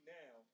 now